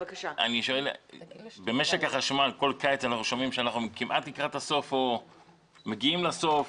במשק החשמל כל קיץ אנחנו שומעים שאנחנו כמעט לקראת הסוף או מגיעים לסוף,